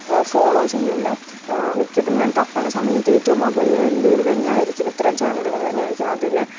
follow ചെയ്യുകയല്ല മിക്കതും ഞാൻ തപ്പുന്ന സമയത്ത് ഏറ്റവും മുകളിൽ വരുന്നത് ഇവർ തന്നെയായിരിക്കും ഇത്രയും ചാനലുകൾ തന്നെയായിരിക്കും അതിൽ